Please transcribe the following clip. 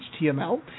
html